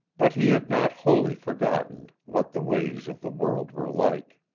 but he had not wholly forgotten what the ways of the world were like.